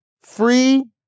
free